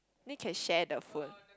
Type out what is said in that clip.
then can share the food